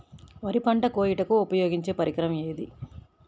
వరి పంట కోయుటకు ఉపయోగించే పరికరం ఏది?